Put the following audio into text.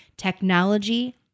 Technology